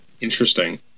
interesting